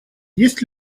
есть